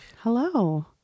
Hello